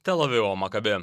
tel avivo maccabi